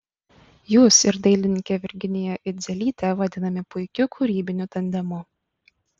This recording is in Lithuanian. jūs ir dailininkė virginija idzelytė vadinami puikiu kūrybiniu tandemu